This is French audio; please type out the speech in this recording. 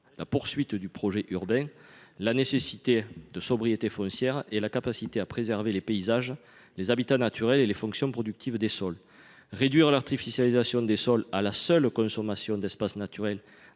la poursuite du projet urbain, la recherche de la sobriété foncière et la capacité à préserver les paysages, les habitats naturels et les fonctions productives des sols. Réduire l’artificialisation des sols à la seule consommation d’espaces naturels,